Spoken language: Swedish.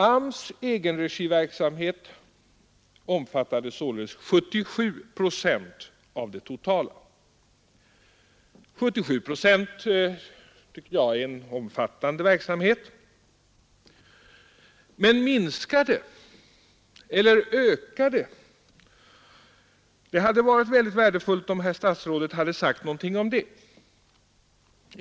AMS egenregiverksamhet omfattade således 77 procent av den totala verksamheten. 77 procent är en omfattande verksamhet. Men ämnar man minska eller öka den andelen? Det hade varit värdefullt om statsrådet hade sagt någonting härom.